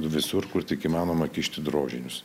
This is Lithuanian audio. visur kur tik įmanoma įkišti drožinius